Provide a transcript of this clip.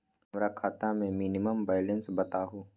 हमरा खाता में मिनिमम बैलेंस बताहु?